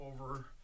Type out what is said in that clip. over